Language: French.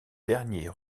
dernier